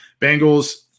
Bengals